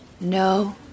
No